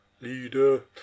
Leader